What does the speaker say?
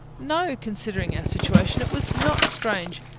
no considering our situation, it was not strange.